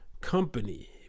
Company